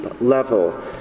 level